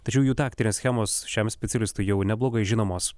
tačiau jų taktinės schemos šiam specialistui jau neblogai žinomos